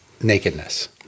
nakedness